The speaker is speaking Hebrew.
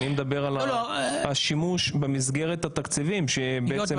אני מדבר על השימוש במסגרת התקציבים שעומדים לרשותנו.